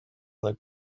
like